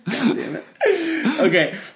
Okay